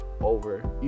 over